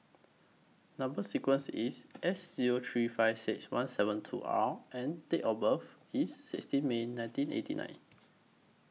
Number sequence IS S Zero three five six one seven two R and Date of birth IS sixteen May nineteen eighty nine